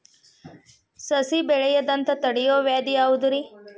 ಸಸಿ ಬೆಳೆಯದಂತ ತಡಿಯೋ ವ್ಯಾಧಿ ಯಾವುದು ರಿ?